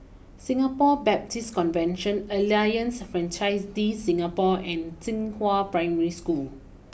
Singapore Baptist Convention Alliance Francaise De Singapour and Xinghua Primary School